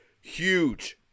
huge